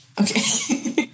okay